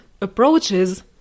approaches